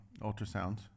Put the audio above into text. ultrasounds